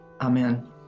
Amen